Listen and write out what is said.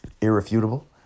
irrefutable